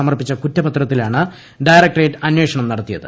സമർപ്പിച്ച കുറ്റപത്രത്തിലാണ് ഡയറക്റ്റേറ്റ് അന്വേഷണം നടത്തിയത്